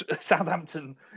Southampton